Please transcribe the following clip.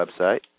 website